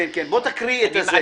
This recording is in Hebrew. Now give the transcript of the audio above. תקריא.